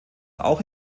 auch